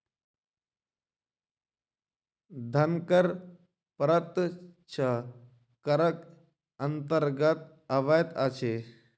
धन कर प्रत्यक्ष करक अन्तर्गत अबैत अछि